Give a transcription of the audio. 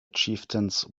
chieftains